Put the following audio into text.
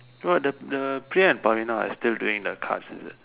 what the the Priya and Praveena are still doing the cards is it